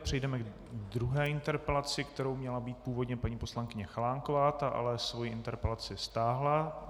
Přejdeme k druhé interpelaci, kterou měla mít původně paní poslankyně Chalánková, ta ale svoji interpelaci stáhla.